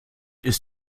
ist